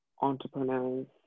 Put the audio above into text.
entrepreneurs